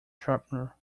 sharpener